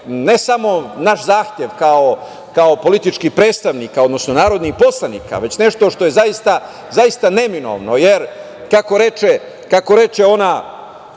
ne samo naš zahtev, kao politički predstavnika, odnosno narodnih poslanika, već nešto što je zaista neminovno, jer kako reče ona